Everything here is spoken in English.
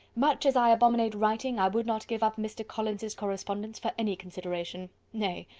much as i abominate writing, i would not give up mr. collins's correspondence for any consideration. nay,